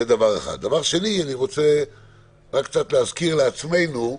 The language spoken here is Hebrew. דבר שני, אני רוצה קצת להזכיר לעצמנו.